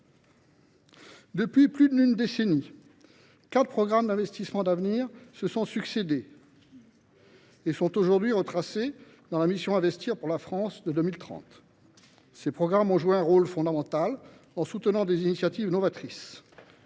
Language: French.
Depuis plus d’une décennie, quatre programmes d’investissements d’avenir se sont succédé et sont aujourd’hui retracés dans la mission « Investir pour la France de 2030 ». Ces programmes ont joué un rôle fondamental en permettant de soutenir des initiatives novatrices,